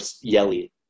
yelly